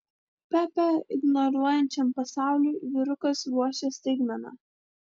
pepę ignoruojančiam pasauliui vyrukas ruošia staigmena